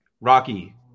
Rocky